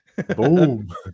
Boom